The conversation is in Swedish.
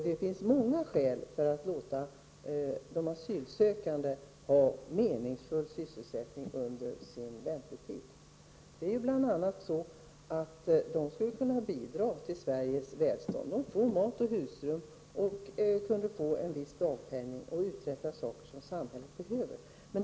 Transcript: Det finns många skäl för att låta de asylsökande ha meningsfull sysselsättning under väntetiden. De skulle kunna bidra till Sveriges välstånd. De skulle kunna få mat, husrum och en viss dagpenning för att uträtta saker som samhället behöver hjälp med.